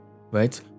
right